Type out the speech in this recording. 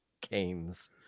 canes